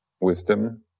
wisdom